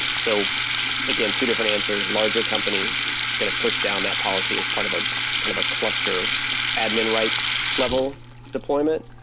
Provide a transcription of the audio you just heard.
so again, two different answers, larger company is going to push down that policy as part of a kind of cluster admin rights level deployment.